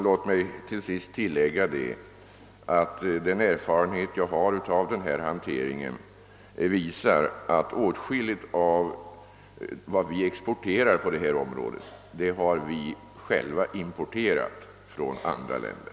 Låt mig till sist tillägga att den erfarenhet jag har av denna hantering visar att vi i Sverige har från andra länder själva importerat åtskilligt av vad vi exporterar på detta område.